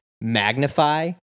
magnify